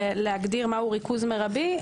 להגדיר מהו ריכוז מרבי,